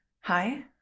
hi